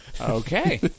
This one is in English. Okay